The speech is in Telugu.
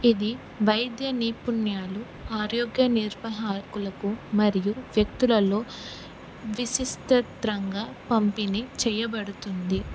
ఇది వైద్య నైపుణ్యాలు ఆరోగ్య నిర్వాహకులకు మరియు వ్యక్తులలో విస్తృతంగా పంపిణీ చేయబడుతుంది